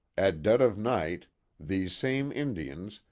at dead of night these same indians,